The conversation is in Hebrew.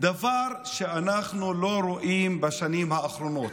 דבר שאנחנו לא רואים בשנים האחרונות.